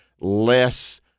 less